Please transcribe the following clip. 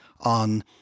on